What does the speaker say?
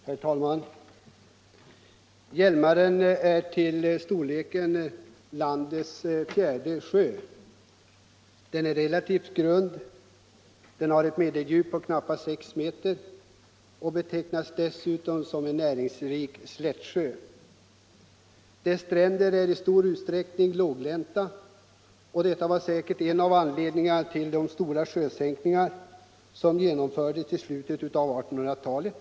Herr talman! Hjälmaren är till storleken landets färde sjö. Den är relativt grund. har ett medeldjup på knappa sex meter och betecknas dessutom som en näringsrik slättsjö. Dess stränder är i stor utsträckning låglänta, och detta var säkert en av anledningarna till de stora sjösänkningar som genomfördes i slutet av 1800-talet.